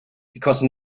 because